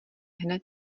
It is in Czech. hned